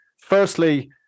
firstly